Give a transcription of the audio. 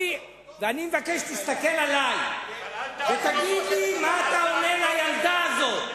ואני מבקש שתסתכל עלי ותגיד לי מה אתה אומר לילדה הזאת,